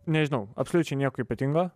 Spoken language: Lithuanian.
nežinau absoliučiai nieko ypatingo